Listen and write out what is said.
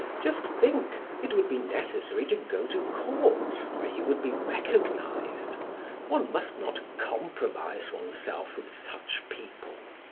just think, it would be necessary to go to court where you would be recognized one must not compromise oneself with such people.